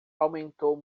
aumentou